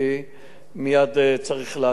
מייד צריך לעצור את הכול,